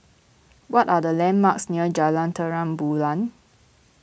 what are the landmarks near Jalan Terang Bulan